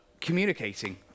communicating